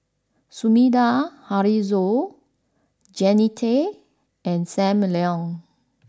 Sumida Haruzo Jannie Tay and Sam Leong